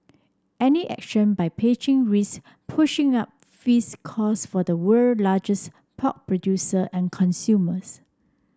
any action by Beijing risks pushing up feeds costs for the world largest pork producer and consumers